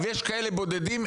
יש כאלה בודדים,